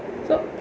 so